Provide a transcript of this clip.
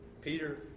Peter